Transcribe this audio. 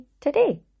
today